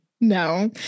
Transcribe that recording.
No